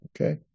okay